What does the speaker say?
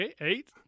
Eight